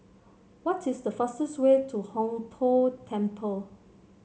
what is the fastest way to Hong Tho Temple